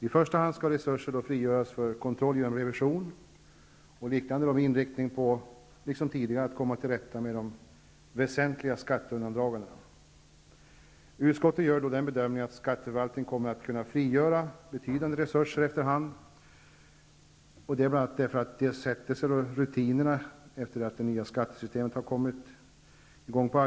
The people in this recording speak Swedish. I första hand skall resurser frigöras för kontroll genom revision och liknande med inriktning, liksom tidigare, på att komma till rätta med väsentliga skatteundandraganden. Utskottet gör den bedömningen, att skatteförvaltningen kommer att kunna frigöra betydande resurser efter hand som rutinerna sätter sig när det nya skattesystemet kommit i gång.